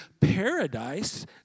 paradise